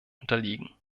unterliegen